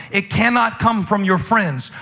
it cannot come from your friends.